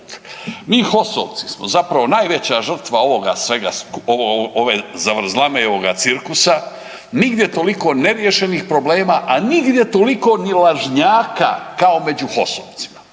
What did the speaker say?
Mi HOS-ovci smo zapravo najveća žrtva ovoga svega, ove zavrzlame i ovoga cirkusa, nigdje toliko neriješenih problema, a nigdje toliko ni lažnjaka kao među HOS-ovcima.